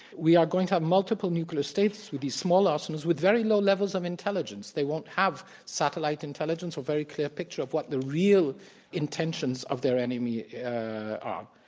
we are going to have multiple nuclear states with these small arsenals with very low levels of intelligence. they won't have satellite intelligence, a very clear picture of what the real intentions of their enemy are.